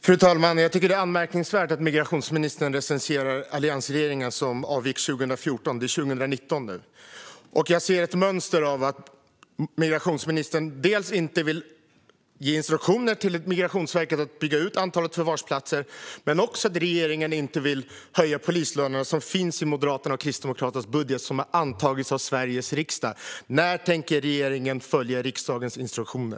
Fru talman! Jag tycker att det är anmärkningsvärt att migrationsministern recenserar alliansregeringen, som avgick 2014. Det är 2019 nu. Jag ser ett mönster, dels att migrationsministern inte vill ge instruktioner till Migrationsverket att bygga ut antalet förvarsplatser, dels att regeringen inte vill höja polislönerna, vilket finns i Moderaternas och Kristdemokraternas budget, som har antagits av Sveriges riksdag. När tänker regeringen följa riksdagens instruktioner?